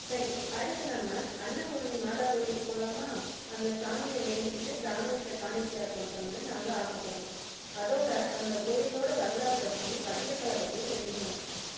சரி அடுத்து நம்ம அன்னபூரணி மாதா கோயிலுக்கு போகலாமா அங்கே சாமியை வேண்டிக்கிட்டு தானியத்தை காணிக்கையாக கொடுக்கணும்னு நாங்கள் ஆசைப்பட்றோம் அதோடு அந்த கோயிலோடய வரலாறு பற்றியும் கட்டிடக்கலை பற்றியும் தெரிஞ்சுக்கணும்